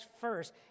first